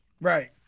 Right